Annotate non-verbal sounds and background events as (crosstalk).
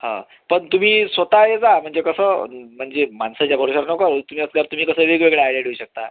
हां पण तुम्ही स्वतः येता म्हणजे कसं म्हणजे माणसाच्या भरवशावर नको (unintelligible) तुम्ही असल्यावर तुम्ही कसं वेगवेगळ्या आयया देऊ शकता